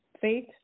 Faith